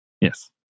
Yes